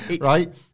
Right